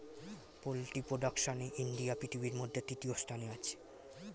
poultry প্রোডাকশনে India পৃথিবীর মধ্যে তৃতীয় স্থানে আছে